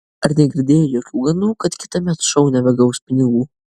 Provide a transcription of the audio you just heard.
ar negirdėjai jokių gandų kad kitąmet šou nebegaus pinigų